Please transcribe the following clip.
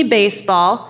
baseball